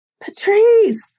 Patrice